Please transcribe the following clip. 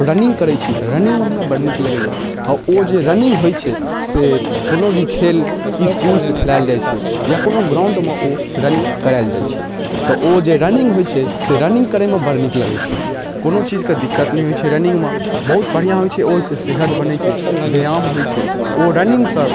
running करै छी तऽ रनिंगमे हमरा बड़ नीक लगैय हँ ओ जे रनिंग होइ छै से कोनो भी खेल इसकुलसँ खेलायल जाइ छै या कोनो ग्राउण्डमे ओ रनिंग करायल जाइ छै तऽ ओ जे रनिंग होइ छै से रनिंग करैमे बड़ नीक लगै छै कोनो चीजके दिक्कत नहि होइछै रनिंगमे बहुत बढ़िआँ होइछै ओइसँ सेहत बनै छै व्यायाम होइ छै ओ रनिंग सब